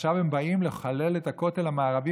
ועכשיו הם באים לחלל את הכותל המערבי